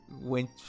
went